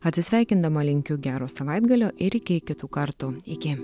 atsisveikindama linkiu gero savaitgalio ir iki kitų kartų iki